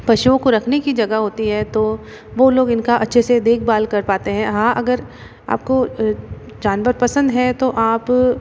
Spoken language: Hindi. पशुओं को रखने की जगह होती है तो वो लोग इनका अच्छे से देखभाल कर पाते हैं हाँ अगर आपको जानवर पसंद है तो आप